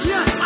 Yes